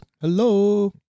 Hello